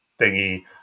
thingy